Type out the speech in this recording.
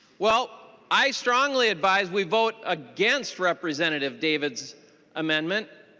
well i strongly advise we vote against representative davids amendment